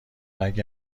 اگه